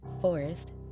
forest